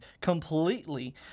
completely